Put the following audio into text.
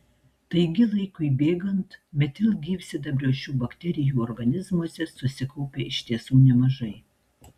taigi laikui bėgant metilgyvsidabrio šių bakterijų organizmuose susikaupia iš tiesų nemažai